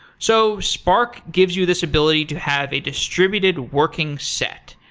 so, spark give you this ability to have a distributed working set.